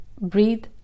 breathe